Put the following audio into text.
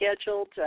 scheduled